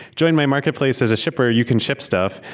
join my marketplace as a shipper. you can ship stuff.